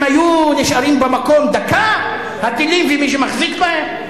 הם היו נשארים במקום דקה, הטילים ומי שמחזיק בהם?